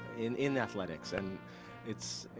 in in athletics. and it's,